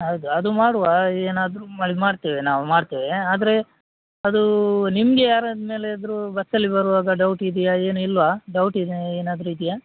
ಹೌದು ಅದು ಮಾಡುವ ಏನಾದರು ಇದು ಮಾಡಿ ಮಾಡ್ತೇವೆ ನಾವು ಮಾಡ್ತೇವೆ ಆದರೆ ಅದು ನಿಮಗೆ ಯಾರದ ಮೇಲೆ ಆದರೂ ಬಸ್ಸಲ್ಲಿ ಬರುವಾಗ ಡೌಟ್ ಇದೆಯಾ ಏನು ಇಲ್ವಾ ಡೌಟ್ ಏನು ಏನಾದರೂ ಇದೆಯಾ